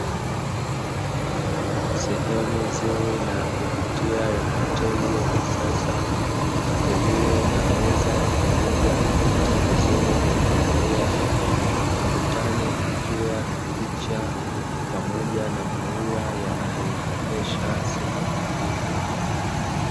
Sehemu nzuri na ya kuvutia ya hoteli ya kisasa, iliyo na meza pamoja na viti vizuri vya kukalia, ukutani kukiwa na picha, pamoja na maua yanayoirembesha sehemu hii.